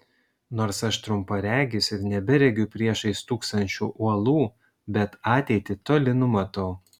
nors aš trumparegis ir neberegiu priešais stūksančių uolų bet ateitį toli numatau